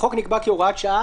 החוק נקבע כהוראת שעה,